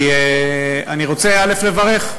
כי אני רוצה לברך.